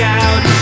out